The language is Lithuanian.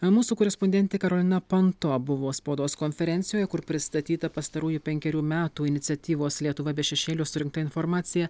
mūsų korespondentė karolina panto buvo spaudos konferencijoje kur pristatyta pastarųjų penkerių metų iniciatyvos lietuva be šešėlio surinkta informacija